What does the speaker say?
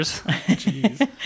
Jeez